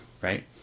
right